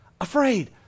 afraid